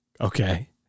Okay